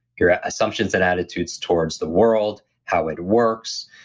your assumptions and attitudes towards the world, how it works,